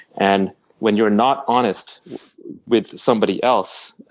and when you're not honest with somebody else,